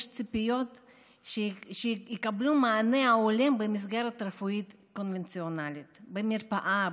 יש ציפיות שיקבלו את המענה ההולם במסגרת הרפואית הקונבנציונלית במרפאה,